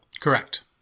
Correct